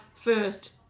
first